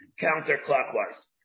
counterclockwise